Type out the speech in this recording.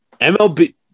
MLB